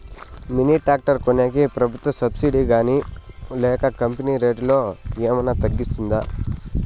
Mini tractor కొనేకి ప్రభుత్వ subsidy గాని లేక కంపెని రేటులో ఏమన్నా తగ్గిస్తుందా?